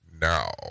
now